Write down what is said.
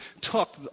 took